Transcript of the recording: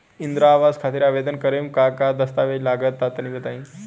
इंद्रा आवास खातिर आवेदन करेम का का दास्तावेज लगा तऽ तनि बता?